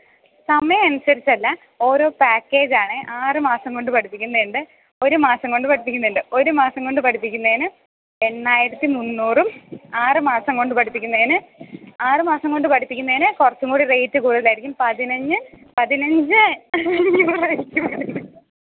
ആ സമയമനുസരിച്ചല്ലാ ഓരോ പാക്കെയ്ജാണേ ആറ് മാസം കൊണ്ട് പഠിപ്പിക്കുന്നതുണ്ട് ഒരു മാസം കൊണ്ട് പഠിപ്പിക്കുന്നതുണ്ട് ഒരു മാസം കൊണ്ട് പഠിപ്പിക്കുന്നതിന് എണ്ണായിരത്തി മുന്നൂറും ആറ് മാസം കൊണ്ട് പഠിപ്പിക്കുന്നതിന് ആറു മാസം കൊണ്ടു പഠിപ്പിക്കുന്നതിന് കുറച്ചും കൂടി റേറ്റ് കൂടുതലായിരിക്കും പതിനഞ്ച് പതിനഞ്ച് റേറ്റാണ്